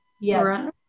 Yes